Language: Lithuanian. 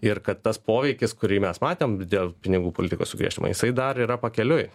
ir kad tas poveikis kurį mes matėm dėl pinigų politikos sugriežtinimo jisai dar yra pakeliui